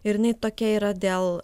ir ne tokia yra dėl